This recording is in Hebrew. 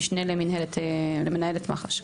משנה למנהלת מח"ש.